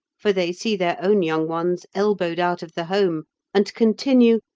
for they see their own young ones elbowed out of the home and continue,